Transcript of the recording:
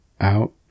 out